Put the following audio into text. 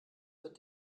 wird